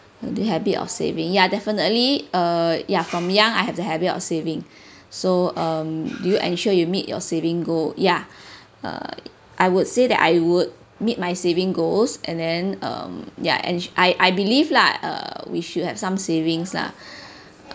the habit of saving ya definitely err ya from young I have the habit of saving so um do you ensure you meet your saving goal ya uh I would say that I would meet my saving goals and then um ya and I I believe lah err we should have some savings lah